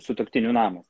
sutuoktinių namas